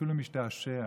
ואפילו משתעשע.